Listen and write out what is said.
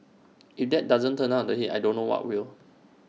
if that doesn't turn up the heat I don't know what will